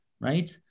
right